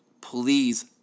please